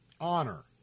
honor